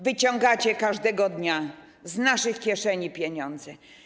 Wyciągacie każdego dnia z naszych kieszeni pieniądze.